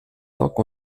dock